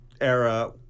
era